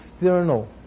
external